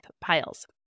piles